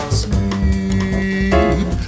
sleep